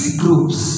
groups